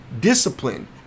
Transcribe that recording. discipline